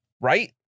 right